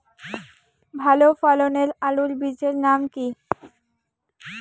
ভালো ফলনের আলুর বীজের নাম কি?